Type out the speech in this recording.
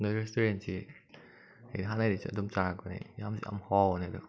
ꯅꯣꯏ ꯔꯦꯁꯇꯨꯔꯦꯟꯁꯤ ꯑꯩ ꯍꯥꯟꯅꯗꯩꯁꯨ ꯑꯗꯨꯝ ꯆꯥꯔꯛꯄꯅꯦ ꯌꯥꯝ ꯌꯥꯝ ꯍꯥꯎꯕꯅꯦ ꯑꯗꯣ